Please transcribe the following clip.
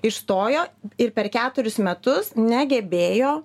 išstojo ir per keturis metus negebėjo